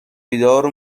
بیدار